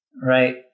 Right